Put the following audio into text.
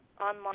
online